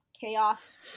chaos